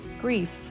grief